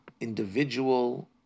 individual